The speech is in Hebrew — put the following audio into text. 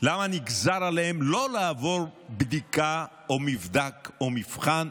למה נגזר עליהם לא לעבור בדיקה או מבדק או מבחן,